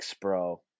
bro